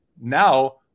now